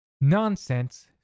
nonsense